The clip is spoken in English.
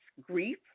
grief